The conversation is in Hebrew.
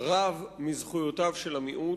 רב מזכויותיו של המיעוט,